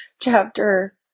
chapter